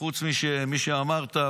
חוץ ממי שאמרת,